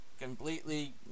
completely